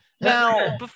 Now